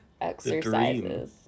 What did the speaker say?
exercises